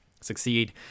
succeed